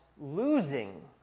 losing